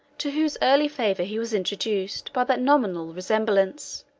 to whose early favor he was introduced by that nominal resemblance.